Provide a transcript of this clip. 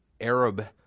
Arab